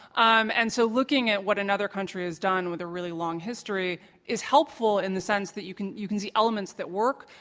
um and so looking at what another country has done with a really long history is helpful in the sense that you can you can see elements that work,